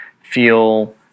feel